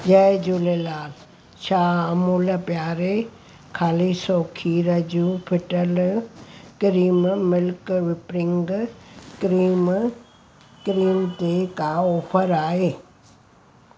जय झूलेलाल छा अमूल प्यारे ख़ालिसु खीर जी फिटियलु cream milk whipping cream cream ते का ऑफर आहे